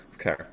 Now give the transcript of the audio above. Okay